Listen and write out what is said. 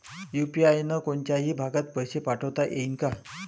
UPI न कोनच्याही भागात पैसे पाठवता येईन का?